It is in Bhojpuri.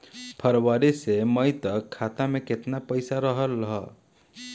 फरवरी से मई तक खाता में केतना पईसा रहल ह?